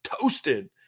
toasted